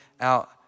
out